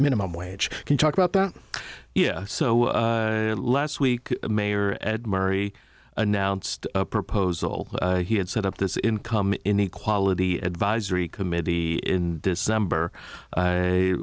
minimum wage can talk about that yeah so last week mayor ed murray announced a proposal he had set up this income inequality advisory committee in december